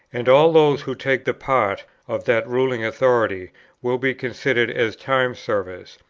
and all those who take the part of that ruling authority will be considered as time-servers,